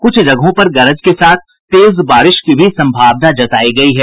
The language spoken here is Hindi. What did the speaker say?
कुछ जगहों पर गरज के साथ तेज बारिश की भी संभावना जतायी गयी है